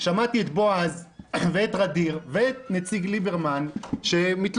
שמעתי את בועז ואת ע'דיר ואת נציג ליברמן שמתלוננים,